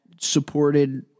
supported